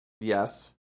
Yes